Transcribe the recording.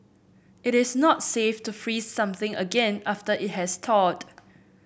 it is not safe to freeze something again after it has thawed